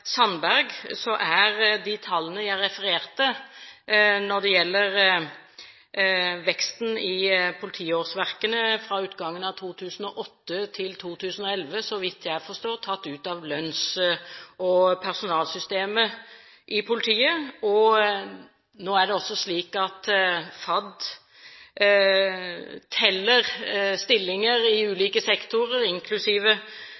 Sandberg er de tallene jeg refererte når det gjelder veksten i politiårsverkene fra utgangen av 2008 til 2011, så vidt jeg forstår, tatt ut av lønns- og personalsystemet i politiet. Nå er det også slik at FAD teller stillinger i